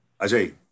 Ajay